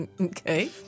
Okay